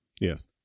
yes